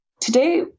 Today